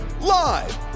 Live